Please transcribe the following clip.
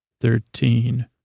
thirteen